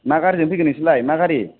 मा गारिजों फैगोन नोंसोरलाय मा गारि